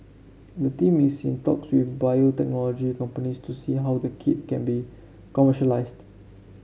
the team is in talks with biotechnology companies to see how the kit can be commercialised